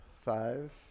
Five